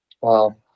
Wow